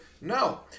No